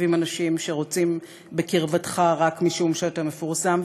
עם אנשים שרוצים בקרבתך רק משום שאתה מפורסם.